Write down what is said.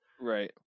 Right